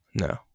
No